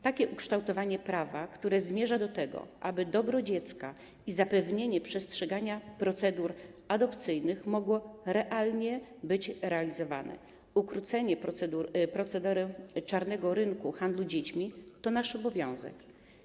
Takie ukształtowanie prawa, które zmierza do tego, aby dobro dziecka i zapewnienie przestrzegania procedur adopcyjnych mogło realnie być realizowane, ukrócenie procederu czarnego rynku handlu dziećmi to nasz obowiązek.